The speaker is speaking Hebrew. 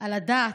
על הדת,